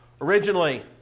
originally